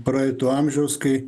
praeito amžiaus kai